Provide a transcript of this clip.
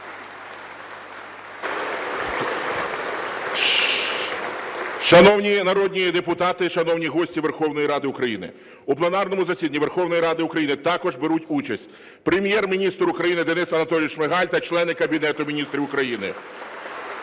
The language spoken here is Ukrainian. Шановні народні депутати, шановні гості Верховної Ради України, у пленарному засіданні Верховної Ради України також беруть участь Прем'єр-міністр України Денис Анатолійович Шмигаль та члени Кабінету Міністрів України,